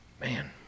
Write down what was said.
Man